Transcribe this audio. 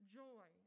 joy